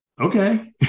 okay